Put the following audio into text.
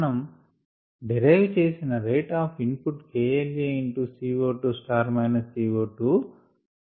మనం డిరైవ్ చేసిన rate of input KLaCO2 CO2